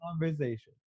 conversation